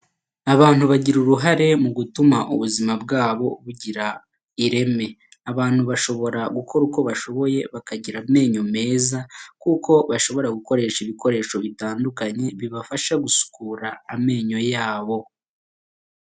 Abantu bagira uruhare mu gutuma ubuzima bwabo bugira ireme, abantu bashobora gukora uko bashoboye bakagira amenyo meza kuko bashobora gukoresha ibikoresho bitandukanye bibafasha gusukura amenyo yabo.